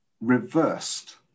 reversed